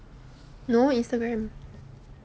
no Instagram